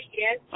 yes